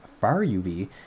far-UV